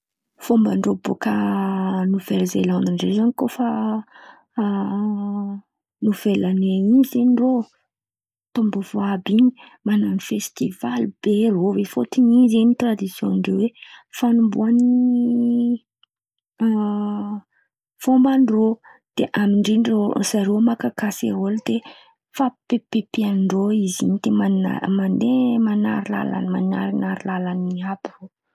Fomban-drô boàka noveli-zelandy ndraiky zen̈y, koa fa novele ane in̈y zen̈y rô, taom-baovao àby in̈y, man̈ano festival be rô. Fôtony in̈y zen̈y tradision-drô hoe fanombohan̈a ny fomban-drazan̈a ndrô. De amin'in̈y rô maka kaserol, de fampipiazan-drô, de mandeha man̈ariary man̈araka lalan̈a in̈y àby rô.